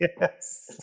yes